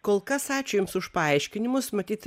kol kas ačiū jums už paaiškinimus matyt